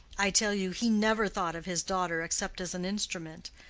i tell you, he never thought of his daughter except as an instrument.